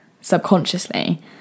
subconsciously